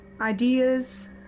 ideas